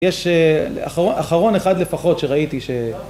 יש אחרון אחד לפחות שראיתי ש...